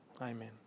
Amen